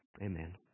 Amen